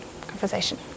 conversation